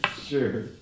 Sure